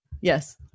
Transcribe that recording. Yes